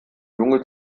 junge